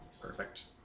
Perfect